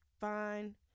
fine